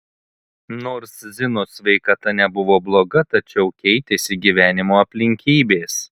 nors zinos sveikata nebuvo bloga tačiau keitėsi gyvenimo aplinkybės